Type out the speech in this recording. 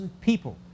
people